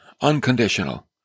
unconditional